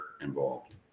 involved